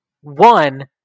One